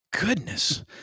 goodness